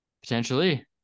Potentially